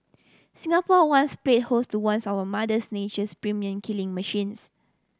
Singapore once play host to once of Mother's Nature's premium killing machines